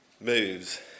moves